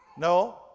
No